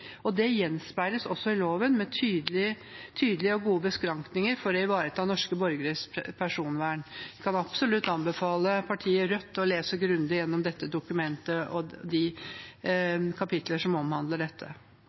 og det gjenspeiles også i loven med tydelige og gode beskrankninger for å ivareta norske borgeres personvern. Jeg kan absolutt anbefale partiet Rødt å lese grundig gjennom dette dokumentet og de